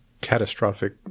catastrophic